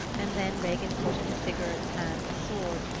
and then regin put into sigurd's hands a sword,